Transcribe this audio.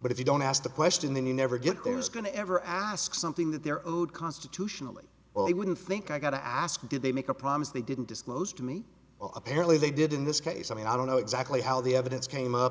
but if you don't ask the question then you never get there's going to ever ask something that they're owed constitutionally or you wouldn't think i got to ask did they make a promise they didn't disclose to me apparently they did in this case i mean i don't know exactly how the evidence came up i